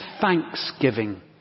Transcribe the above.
Thanksgiving